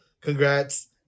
Congrats